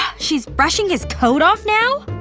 she's brushing his coat off now?